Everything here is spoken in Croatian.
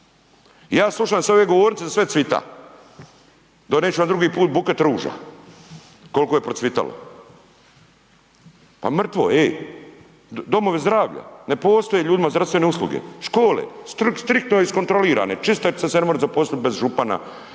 ja slušam sa ove govornice da sve cvita. Donijet ću vam drugi put buket ruža, koliko je procvitalo, pa mrtvo, ej. Domovi zdravlja ne postoje ljudima zdravstvene usluge, škole striktno iskontrolirane čistačica se ne more zaposliti bez župana